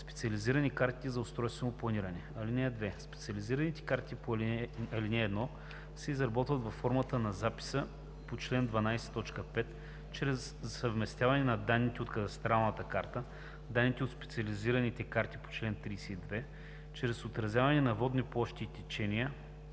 специализирани карти за устройствено планиране. (2) Специализираните карти по ал. 1 се изработват във формата на записа по чл. 12, т. 5 чрез съвместяване на данните от кадастралната карта, данните от специализираните карти по чл. 32, чрез отразяване на водни площи и течения,